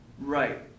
Right